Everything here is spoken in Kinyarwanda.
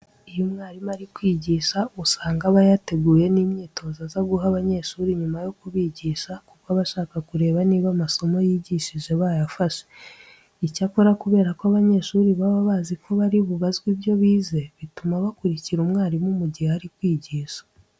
Iyo umwarimu ari kwigisha usanga aba yateguye n'imyitozo aza guha abanyeshuri nyuma yo kubigisha, kuko aba ashaka kureba niba amasomo yigishije bayafashe. Icyakora kubera ko abanyeshuri baba bazi ko bari bubazwe ibyo bize, bituma bakurikira umwarimu mu gihe ari kwigisha.